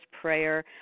prayer